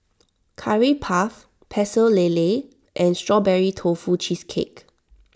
Curry Puff Pecel Lele and Strawberry Tofu Cheesecake